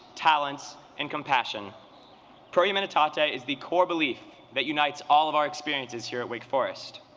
talent and compassion pro humanitate is the core belief that unites all of our experiences here at wake forest,